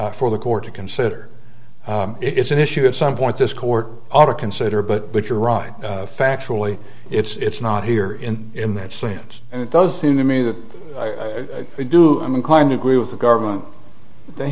on for the court to consider it's an issue at some point this court ought to consider but but you're right factually it's not here in in that sense and it does seem to me that i do i'm inclined to agree with the government the